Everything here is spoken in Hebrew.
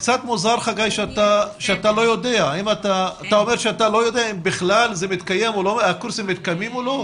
זה קצת מוזר שאתה אומר שאתה לא יודע אם הקורסים מתקיימים או לא.